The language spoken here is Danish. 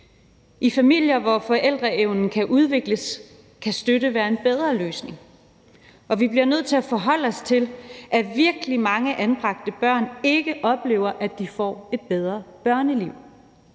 I familier, hvor forældreevnen kan udvikles, kan støtte være en bedre løsning, og vi bliver nødt til at forholde os til, at virkelig mange anbragte børn ikke oplever, at de får et bedre børneliv.